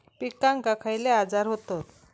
पिकांक खयले आजार व्हतत?